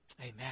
Amen